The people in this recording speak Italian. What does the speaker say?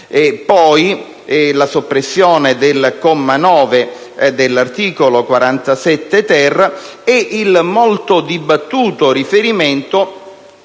poi la soppressione del comma 9 dell'articolo 47-*ter* ed il molto dibattuto riferimento